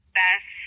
best